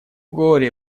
горе